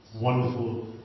wonderful